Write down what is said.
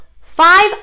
five